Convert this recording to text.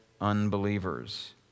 unbelievers